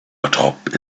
atop